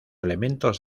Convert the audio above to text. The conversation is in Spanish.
elementos